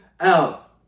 out